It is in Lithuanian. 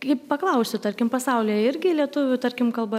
kaip paklausiu tarkim pasaulyje irgi lietuvių tarkim kalba